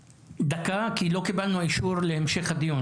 דקה, כי לא קיבלנו אישור להמשך הדיון.